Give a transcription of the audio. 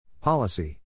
Policy